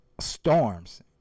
storms